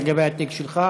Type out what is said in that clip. לגבי התיק שלך.